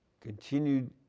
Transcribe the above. continued